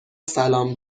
سلام